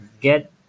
Get